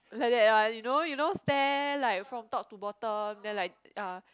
like that one you know you know stare like from top to bottom then like uh